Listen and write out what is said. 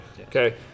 okay